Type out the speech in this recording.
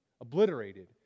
obliterated